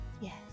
yes